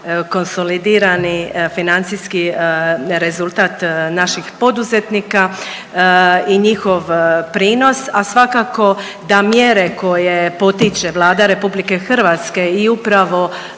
konsolidirani financijski rezultat naših poduzetnika i njihov prinos, a svakako da mjere koje potiče Vlada RH i upravo